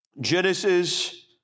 Genesis